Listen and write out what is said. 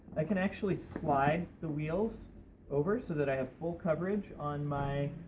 i can actually slide the wheels over so that i have full coverage on my,